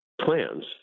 plans